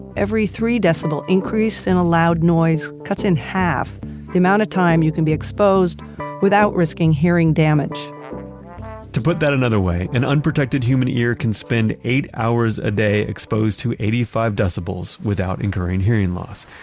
every three-decibel increase in a loud noise cuts in half the amount of time you can be exposed without risking hearing damage to put that another way, an unprotected human ear can spend eight hours a day exposed to eighty five decibels without incurring hearing loss.